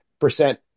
percent